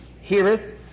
heareth